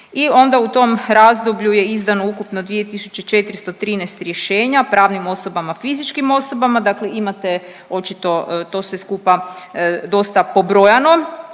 I onda u tom razdoblju je izdano ukupno 2.413 rješenja pravnim osobama fizičkim osobama, dakle imate očito to sve skupa dosta pobrojano,